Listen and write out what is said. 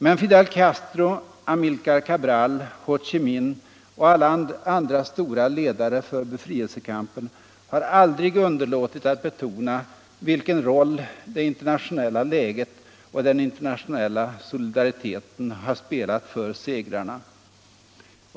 Men Fidel Castro, Amilcar Cabral, Ho Chi Minh och alla andra stora ledare för befrielsekampen har aldrig underlåtit att betona vilken roll det internationella läget och den internationella solidariteten har spelat för segrarna.